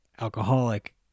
alcoholic